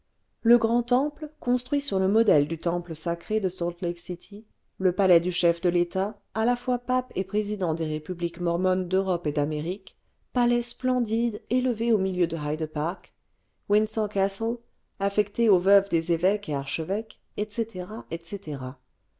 le graist temple construit sur le modèle du temple sacré de salt lakecity le palais du chef de l'état à la fois pape et président des républiques mormonnes d'europe et d'amérique palais splendide élevé au milieu de hyde-park windsor castle affecté aux veuves des évoques et archevêques etc etc